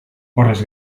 horrez